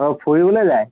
অঁ ফুৰিবলৈ যায়